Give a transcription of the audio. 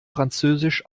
französisch